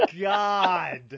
god